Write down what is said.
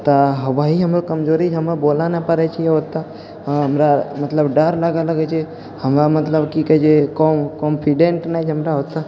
तऽ ओहि हम कमजोरी जे हम बोलऽ नहि पबै छियै ओतऽ हऽ हमरा मतलब डर लागऽ लगै छै हम मतलब की कहै छै कौ कॉन्फिडेन्ट नहि छै हमरा ओतऽ